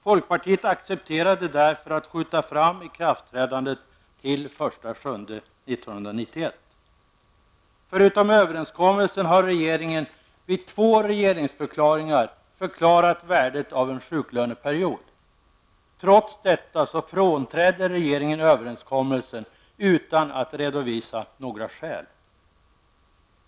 Folkpartiet accepterade därför att skjuta fram ikraftträdandet till den 1 juli 1991. Förutom överenskommelsen har regeringen vid två regeringsförklaringar understrukit värdet av en sjuklöneperiod. Trots detta frånträdde regeringen överenskommelsen utan att redovisa några skäl.